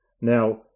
Now